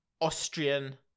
Austrian